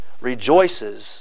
rejoices